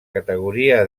categoria